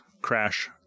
crash